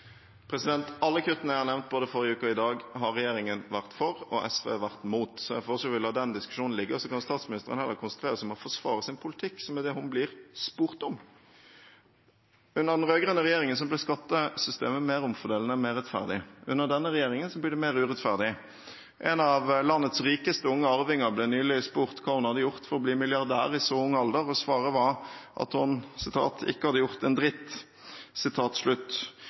Alle kuttene jeg har nevnt, både i forrige uke og i dag, har regjeringen vært for, og SV har vært mot. Jeg foreslår at vi lar den diskusjonen ligge, og så kan statsministeren heller konsentrere seg om å forsvare sin politikk, som er det hun blir spurt om. Under den rød-grønne regjeringen ble skattesystemet mer omfordelende, mer rettferdig. Under denne regjeringen blir det mer urettferdig. En av landets rikeste unge arvinger ble nylig spurt hva hun hadde gjort for å bli milliardær i så ung alder, og svaret var at hun ikke hadde gjort «en dritt».